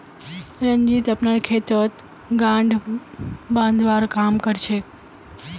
रंजीत अपनार खेतत गांठ बांधवार काम कर छेक